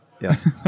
Yes